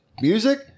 music